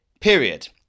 period